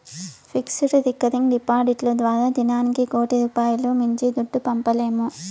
fixed, recurring డిపాడిట్లు ద్వారా దినానికి కోటి రూపాయిలు మించి దుడ్డు పంపలేము